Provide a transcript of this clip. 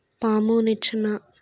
పాము నిచ్చెన